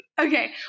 Okay